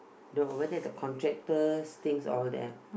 you know over there the contractor's things all there